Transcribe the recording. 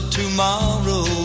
tomorrow